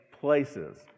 places